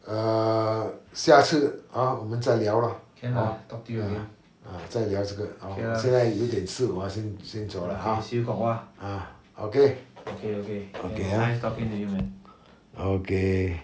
err 下次 hor 我们再聊 lor hor ya ya 再聊这个 hor 现在我有点事我要先先走了 hor ah okay okay ah okay